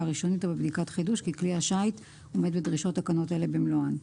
ראשונית או בבדיקת חידוש כי כלי השיט עומד בדרישות תקנות אלה במלואו.